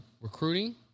recruiting